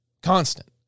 constant